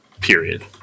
period